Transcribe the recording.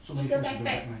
一个 backpack